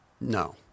No